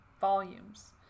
volumes